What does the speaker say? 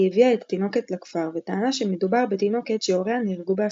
היא הביאה את התינוקת לכפר וטענה שמדובר בתינוקת שהוריה נהרגו בהפצצות.